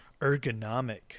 ergonomic